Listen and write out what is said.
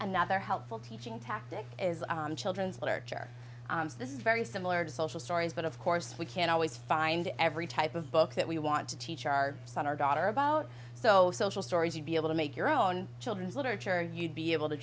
another helpful teaching tactic is children's literature this is very similar to social stories but of course we can always find every type of book that we want to teach our son or daughter about so social stories you'd be able to make your own children's literature you'd be able to